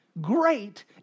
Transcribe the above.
Great